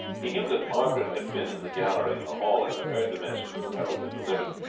he knew that margaret had been in the gallery in the hall and had heard the message the herald had delivered,